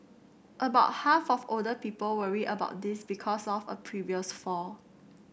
about half of older people worry about this because of a previous fall